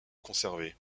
conservés